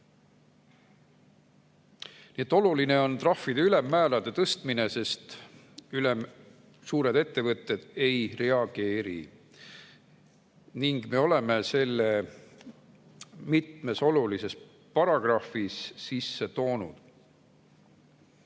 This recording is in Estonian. oluline on trahvide ülemmäärade tõstmine, sest suured ettevõtted ei reageeri. Me oleme selle mitmes olulises paragrahvis sisse toonud.